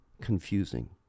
confusing